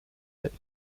teist